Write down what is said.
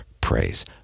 praise